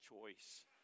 choice